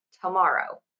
tomorrow